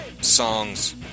songs